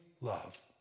love